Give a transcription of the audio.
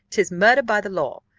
tis murder by the law.